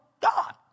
God